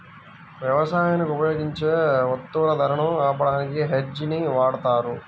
యవసాయానికి ఉపయోగించే వత్తువుల ధరలను ఆపడానికి హెడ్జ్ ని వాడతారు